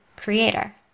creator